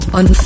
on